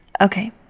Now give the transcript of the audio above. Okay